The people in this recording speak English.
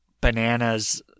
Bananas